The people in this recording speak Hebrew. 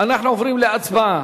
אנחנו עוברים להצבעה.